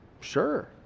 Sure